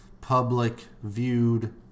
public-viewed